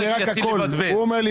ואני רק הקול שלו.